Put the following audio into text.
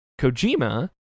Kojima